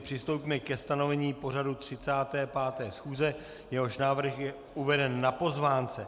Přistoupíme ke stanovení pořadu 35. schůze, jehož návrh je uveden na pozvánce.